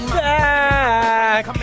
back